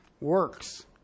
Works